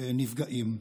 של הנפגעים.